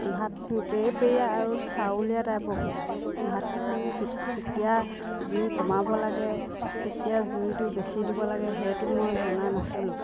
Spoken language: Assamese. ভাত পেৰপেৰীয়া আৰু চাউলীয়া টাইপৰ হ'ল ভাতখিনি কেতিয়া জুইখিনি কমাব লাগে কেতিয়া জুইটো বেছি দিব লাগে সেইটো মই জনা নাছিলোঁ